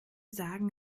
sagen